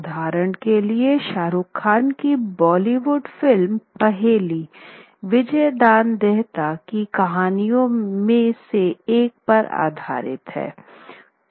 उदाहरण के लिए शाहरुख खान की बॉलीवुड फिल्म 'पहेली' विजयदान देहता की कहानियों में से एक पर आधारित है